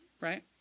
right